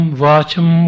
vacham